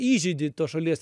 įžeidi tos šalies